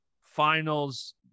finals